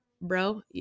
Bro